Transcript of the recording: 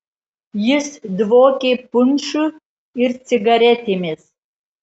jis dvokė punšu ir cigaretėmis